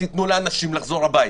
תתנו לאנשים לחזור הביתה.